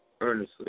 earnestly